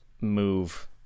move